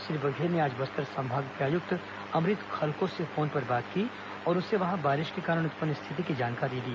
श्री बघेल ने आज बस्तर संभाग के आयुक्त अमृत खलको से फोन पर बात की और उनसे वहां बारिश के कारण उत्पन्न स्थिति की जानकारी ली